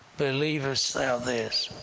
believest thou this?